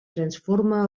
transforma